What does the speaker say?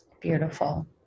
Beautiful